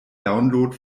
download